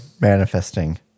manifesting